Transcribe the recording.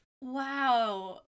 Wow